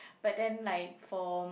but then like for